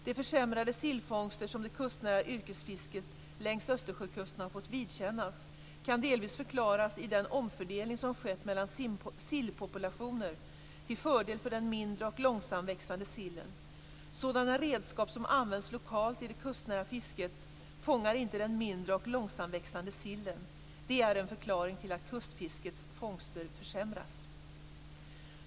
De försämrade sillfångster som det kustnära yrkesfisket längs Östersjökusten har fått vidkännas kan delvis förklaras av den omfördelning som skett mellan sillpopulationer, till fördel för den mindre och långsamväxande sillen. Sådana redskap som används lokalt i det kustnära fisket fångar inte den mindre och långsamväxande sillen. Det är en förklaring till att kustfiskets fångster försämras.